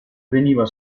veniva